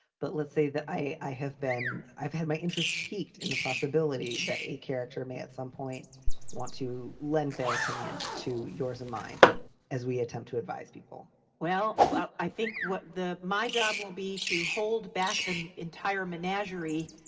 but let's say that i i have been i've had my interest piqued in the possibility that a character may at some point want to lend their opinion to yours and mine as we attempt to advise people well, i think what the my job will be to hold back the entire menagerie,